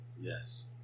Yes